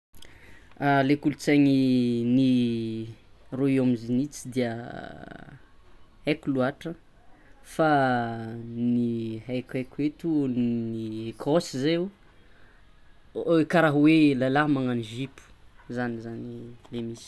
Le kolontsain'ny Royaume Uni tsy de haiko loatra fa ny haikohaiko fa ny any Ekôsy zeo, kara hoe lelah magnano zipo zany zany e misy.